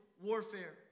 warfare